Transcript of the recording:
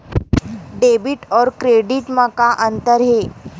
Debit अउ credit म का अंतर हे?